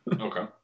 okay